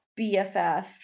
BFF